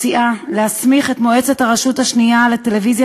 (תיקון מס' 40) מציעה להסמיך את מועצת הרשות השנייה לטלוויזיה